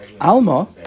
Alma